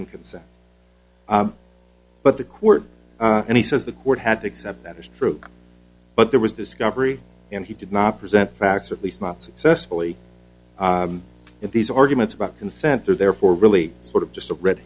consent but the court and he says the court had to accept that as true but there was discovery and he did not present facts at least not successfully if these arguments about consent are therefore really sort of just a red